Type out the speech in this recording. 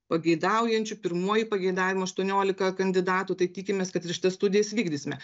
pageidaujančių pirmuoju pageidavimu aštuoniolika kandidatų tai tikimės kad ir šitas studijas įvykdysime